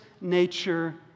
nature